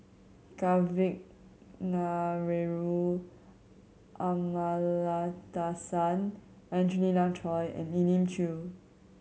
Kavignareru Amallathasan Angelina Choy and Elim Chew